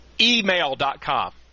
Email.com